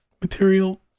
material